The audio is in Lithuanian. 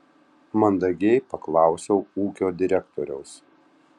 mandagiai paklausiau ūkio direktoriaus